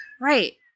right